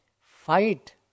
Fight